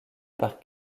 par